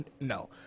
no